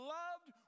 loved